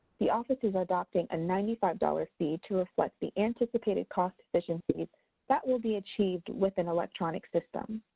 the office is adopting a ninety five dollars fee to reflect the anticipated cost efficiencies that will be achieved with an electronic system.